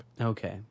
Okay